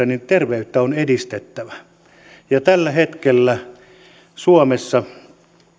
niin terveyttä on edistettävä ja tällä hetkellä suomessa